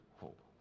hope